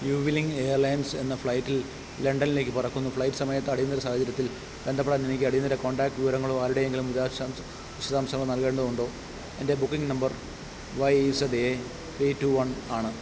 Vueling Airlines എന്ന ഫ്ലൈറ്റിൽ ലണ്ടനിലേക്ക് പറക്കുന്നു ഫ്ലൈറ്റ് സമയത്ത് അടിയന്തിര സാഹചര്യത്തിൽ ബന്ധപ്പെടാൻ എനിക്ക് അടിയന്തിര കോൺടാക്റ്റ് വിവരങ്ങളോ ആരുടെയെങ്കിലും വിശദാംശങ്ങളോ നൽകേണ്ടതുണ്ടോ എൻ്റെ booking number Y Z A three two one ആണ്